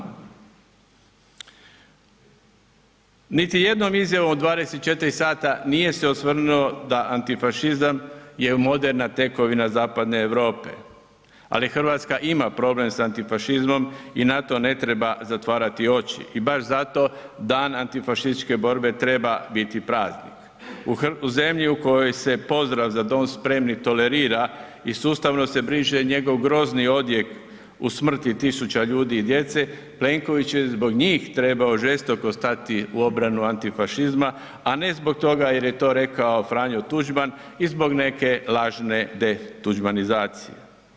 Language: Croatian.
Niti jednom izjavom u 24 sata nije se osvrnuo da antifašizam je moderna tekovina zapadne Europe, ali RH ima problem s antifašizmom i na to ne treba zatvarati oči i baš zato Dan antifašističke borbe treba biti praznik, u zemlji u kojoj se pozdrav „Za dom spremni“ tolerira i sustavno se briše njegov grozni odjek u smrti tisuća ljudi i djece, Plenković je zbog njih trebao žestoko stati u obranu antifašizma, a ne zbog toga jer je to rekao Franjo Tuđman i zbog neke lažne detuđmanizacije.